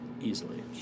easily